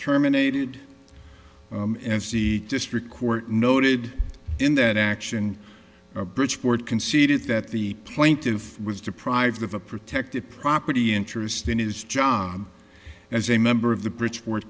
terminated and c district court noted in that action bridgeport conceded that the plaintiff was deprived of a protected property interest in his job as a member of the bridgeport